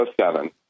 seven